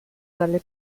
dalle